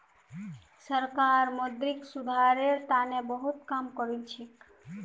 सरकार मौद्रिक सुधारेर तने बहुत काम करिलछेक